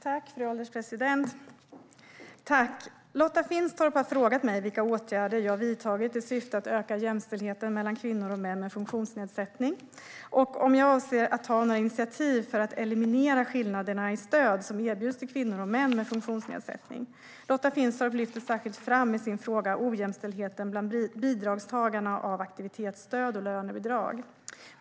Fru ålderspresident! Lotta Finstorp har frågat mig vilka åtgärder jag har vidtagit i syfte att öka jämställdheten mellan kvinnor och män med funktionsnedsättning och om jag avser att ta några initiativ för att eliminera skillnaderna i stöd som erbjuds till kvinnor och män med funktionsnedsättning. Lotta Finstorp lyfter särskilt fram i sin fråga ojämställdheten bland bidragstagarna av aktivitetsstöd och lönebidrag.